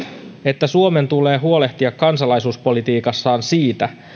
että suomen tulee huolehtia kansalaisuuspolitiikassaan siitä